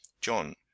John